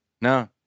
no